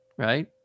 right